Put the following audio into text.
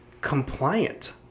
Compliant